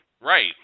Right